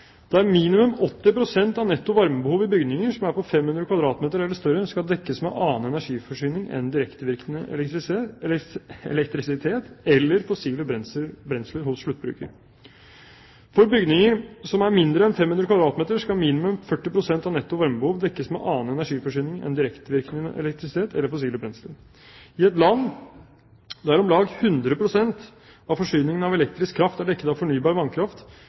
minimum 80 pst. av netto varmebehov i bygninger som er på 500 kvadratmeter eller større, skal dekkes med annen energiforsyning enn direktevirkende elektrisitet eller fossile brensler hos sluttbruker. For bygninger som er mindre enn 500 kvadratmeter, skal minimum 40 pst. av netto varmebehov dekkes med annen energiforsyning enn direktevirkende elektrisitet eller fossile brensler. I et land der om lag 100 pst. av forsyningen av elektrisk kraft er dekket av fornybar vannkraft,